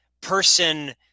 person